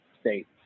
State